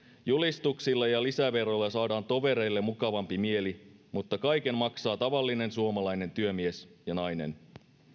julistuksilla ja lisäveroilla saadaan tovereille mukavampi mieli mutta kaiken maksaa tavallinen suomalainen työmies ja nainen